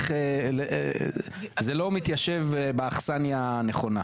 זה לא מתיישב באכסניה הנכונה.